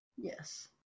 Yes